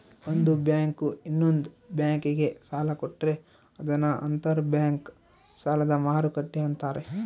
ಒಂದು ಬ್ಯಾಂಕು ಇನ್ನೊಂದ್ ಬ್ಯಾಂಕಿಗೆ ಸಾಲ ಕೊಟ್ರೆ ಅದನ್ನ ಅಂತರ್ ಬ್ಯಾಂಕ್ ಸಾಲದ ಮರುಕ್ಕಟ್ಟೆ ಅಂತಾರೆ